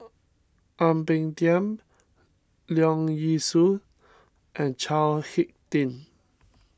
Ang Peng Tiam Leong Yee Soo and Chao Hick Tin